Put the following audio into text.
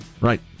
Right